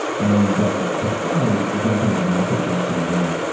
and before i jump into method questions, though,